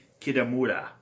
Kidamura